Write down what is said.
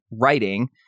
writing